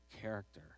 character